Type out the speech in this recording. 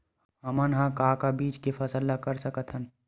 हमन ह का का बीज के फसल कर सकत हन?